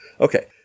Okay